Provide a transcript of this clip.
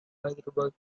hyderabad